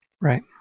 Right